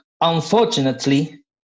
Unfortunately